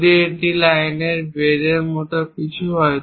যদি এটি লাইনের বেধ মতো কিছু হয়